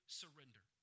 surrender